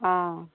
অঁ